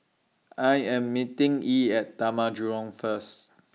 I Am meeting Yee At Taman Jurong First